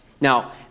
Now